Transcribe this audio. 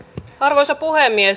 arvoisa puhemies